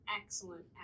excellent